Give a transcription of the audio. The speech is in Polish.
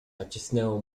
nacisnęło